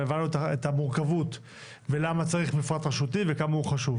אבל הבנו את המורכבות ולמה צריך מפרט רשותי וכמה הוא חשוב.